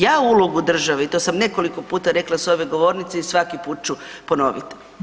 Ja ulogu države, i to sam nekoliko puta rekla s ove govornice i svaki put ću ponoviti.